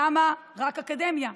למה רק אקדמיה?